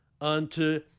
unto